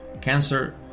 cancer